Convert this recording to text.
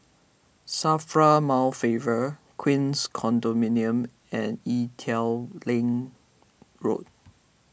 Safra Mount Favor Queens Condominium and Ee Teow Leng Road